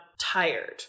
tired